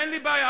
אין לי בעיה.